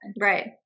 right